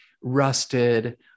rusted